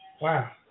Wow